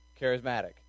charismatic